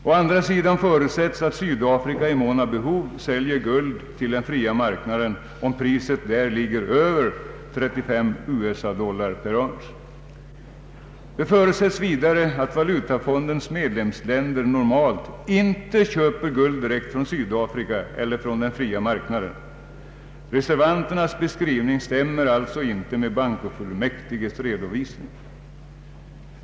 Å andra sidan förutsätts att Sydafrika i mån av behov säljer guld till den fria marknaden om priset där ligger över 35 US dollar per ounce. Det förutsätts vidare att valutafondens medlemsländer normalt inte köper guld direkt från Sydafrika eller från den fria marknaden. Reservanternas beskrivning stämmer alltså inte med bankofullmäktiges redovisning.